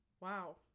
wow